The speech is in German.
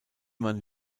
man